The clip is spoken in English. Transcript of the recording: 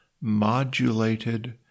modulated